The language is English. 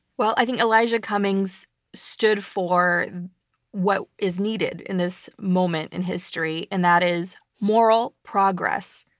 well, i think elijah cummings stood for what is needed in this moment in history, and that is moral progress.